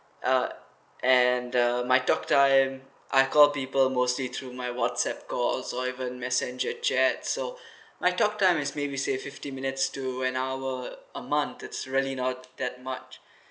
uh and the my talk time and I call people mostly through my whatsapp call also I have a messenger chat so my talk time is maybe say fifteen minutes to an hour per month that's really not that much